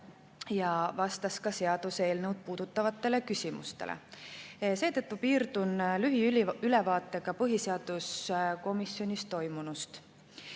ja vastas ka seaduseelnõu puudutavatele küsimustele. Seetõttu piirdun lühiülevaatega põhiseaduskomisjonis toimunust.